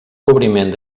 cobriment